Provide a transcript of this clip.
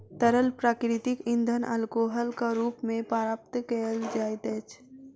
तरल प्राकृतिक इंधन अल्कोहलक रूप मे प्राप्त कयल जाइत अछि